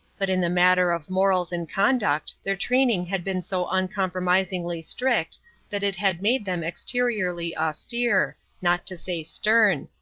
but in the matter of morals and conduct their training had been so uncompromisingly strict that it had made them exteriorly austere, not to say stern.